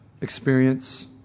experience